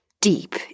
deep